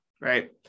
right